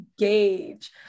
engage